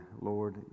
Lord